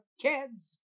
Kids